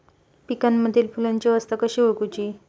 पिकांमदिल फुलांची अवस्था कशी ओळखुची?